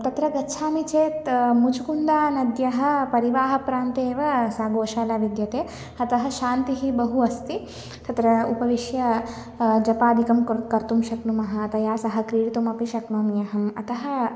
तत्र गच्छामि चेत् मुचुकुन्दा नद्यः परिवाहः प्रान्ते एव सा गोशाला विद्यते अतः शान्तिः बहु अस्ति तत्र उपविश्य जपादिकं कुर् कर्तुं शक्नुमः तया सह क्रीडितुम् अपि शक्नोमि अहम् अतः